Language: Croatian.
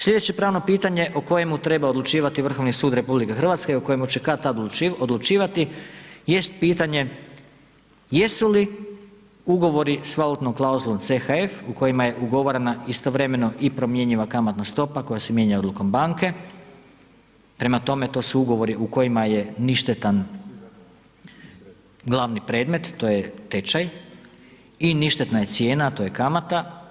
Sljedeće pravno pitanje o kojemu treba odlučivati Vrhovni sud RH i o kojemu će kad-tad odlučivati, jest pitanje jesu li ugovori s valutnom klauzulom CHF u kojima je ugovorena istovremeno i promjenjiva kamatna stopa koja se mijenja odlukom banke, prema tome, to su ugovori u kojima je ništetan glavni predmet, to je tečaj i ništetna je cijena, a to je kamata.